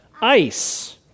ice